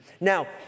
Now